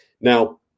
now